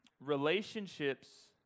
relationships